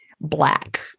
black